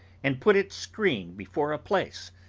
and put its screen before a place,